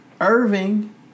Irving